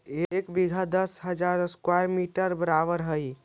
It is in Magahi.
एक बीघा दस हजार स्क्वायर मीटर के बराबर हई